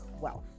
wealth